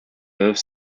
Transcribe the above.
both